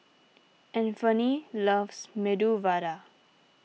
Anfernee loves Medu Vada